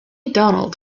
donald